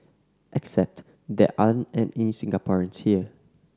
except there aren't any Singaporeans here